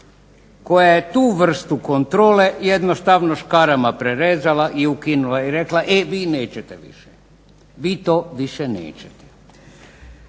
Koja je tu vrstu kontrole jednostavno škarama prerezala i ukinula i rekla e vi nećete, vi to više nećete.